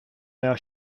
now